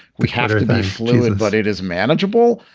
we have to it, but it is manageable.